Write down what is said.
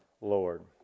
Lord